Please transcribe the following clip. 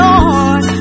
Lord